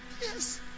Yes